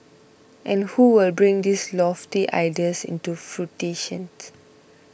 and who will bring these lofty ideas into fruition